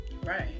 right